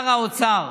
האוצר,